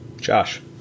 Josh